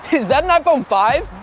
is that an iphone five?